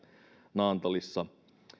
naantalissa